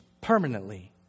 permanently